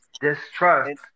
distrust